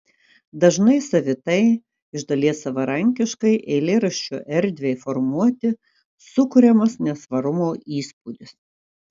dažnai savitai iš dalies savarankiškai eilėraščio erdvei formuoti sukuriamas nesvarumo įspūdis